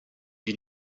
you